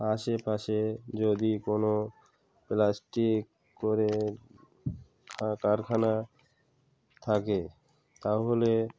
আশেপাশে যদি কোনো প্লাস্টিক করে কারখানা থাকে তাহলে